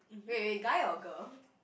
wait wait guy or girl